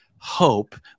Hope